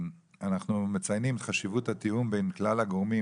אנחנו מציינים חשיבות התיאום בין כלל הגורמים